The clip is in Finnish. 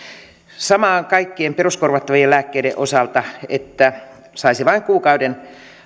sama on kaikkien peruskorvattavien lääkkeiden osalta että saisi vain kuukauden